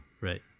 Right